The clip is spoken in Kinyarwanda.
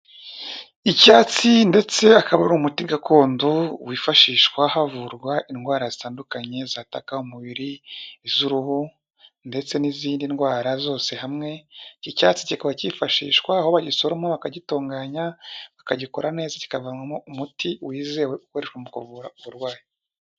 Icyatsi ndetse akaba ari umuti gakondo wifashishwa havurwa indwara zitandukanye zataka umubiri, iz'uruhu ndetse n'izindi ndwara zose hamwe, iki cyatsi kikaba kifashishwa aho bagisoroma bakagitunganya, bakagikora neza kikavanwamo umuti wizewe ukoreshwa mu kuvura uburwayi.